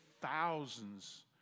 thousands